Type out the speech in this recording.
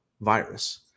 virus